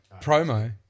promo